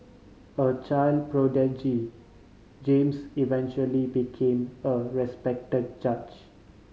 a child prodigy James eventually became a respect judge